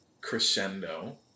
crescendo